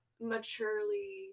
maturely